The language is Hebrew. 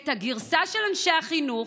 הגרסה של אנשי החינוך,